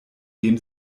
dem